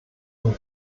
ein